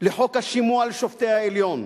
לחוק השימוע לשופטי העליון,